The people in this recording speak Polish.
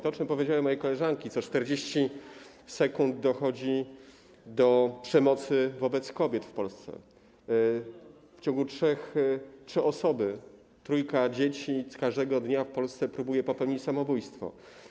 Tak jak powiedziały moje koleżanki, co 40 sekund dochodzi do przemocy wobec kobiet w Polsce, trzy osoby, trójka dzieci każdego dnia w Polsce próbuje popełnić samobójstwo.